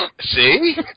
See